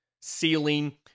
ceiling